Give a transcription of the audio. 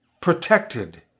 protected